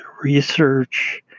research